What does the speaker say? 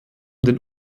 den